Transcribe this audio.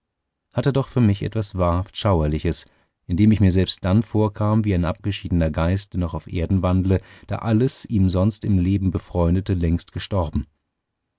hatte doch für mich etwas wahrhaft schauerliches indem ich mir selbst dann vorkam wie ein abgeschiedener geist der noch auf erden wandle da alles ihm sonst im leben befreundete längst gestorben